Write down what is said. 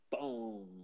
boom